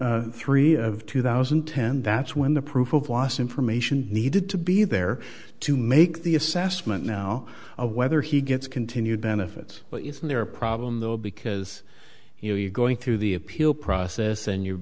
june three of two thousand and ten that's when the proof of loss information needed to be there to make the assessment now of whether he gets continued benefits but isn't there a problem though because you know you're going through the appeal process and you